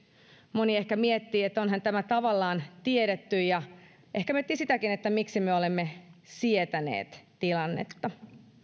moni ehkä miettii että onhan tämä tavallaan tiedetty ja ehkä miettii sitäkin miksi me olemme sietäneet tilannetta